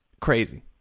Crazy